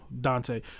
Dante